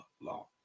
law